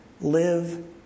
live